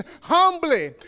humbly